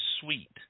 sweet